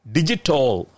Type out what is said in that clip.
Digital